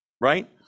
right